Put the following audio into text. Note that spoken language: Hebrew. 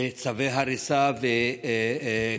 וצווי הריסה וקנסות.